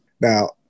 Now